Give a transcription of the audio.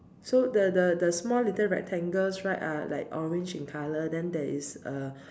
so the the the small little rectangles right are like orange in color then there is a